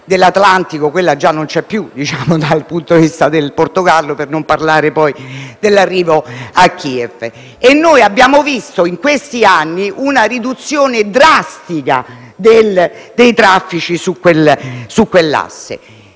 dell'Atlantico già non c'è più dal punto di vista del Portogallo, per non parlare poi dell'arrivo a Kiev. Abbiamo visto in questi anni una riduzione drastica dei traffici su quell'asse.